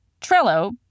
Trello